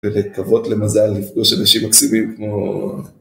ולקוות למזל לפגוש אנשים מקסימים כמו...